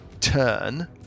turn